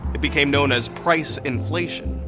it became known as price inflation.